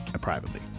privately